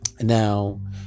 now